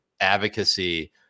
advocacy